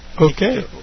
Okay